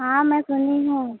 हाँ मैं सुनी हूँ